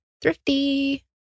thrifty